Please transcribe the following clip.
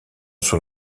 sur